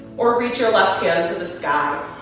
or reach your left hand to the sky.